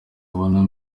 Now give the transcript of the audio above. abona